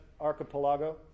Archipelago